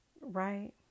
right